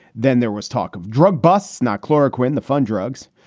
then there was talk of drug busts, not chloroquine, the fun drugs.